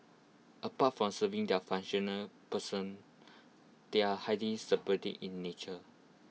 apart from serving their functional person they are highly in nature